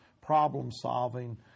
problem-solving